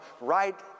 right